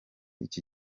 iki